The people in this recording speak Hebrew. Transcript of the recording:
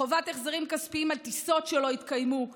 חובת החזרים כספיים על טיסות שלא התקיימו ועוד.